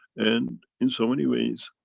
and, in so many ways,